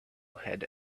had